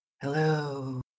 Hello